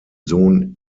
sohn